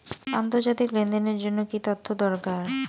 আন্তর্জাতিক লেনদেনের জন্য কি কি তথ্য দরকার?